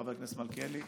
חבר הכנסת מלכיאלי,